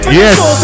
yes